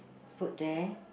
food there